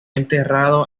enterrado